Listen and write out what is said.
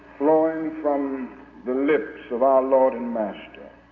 flowing from the lips of our lord and master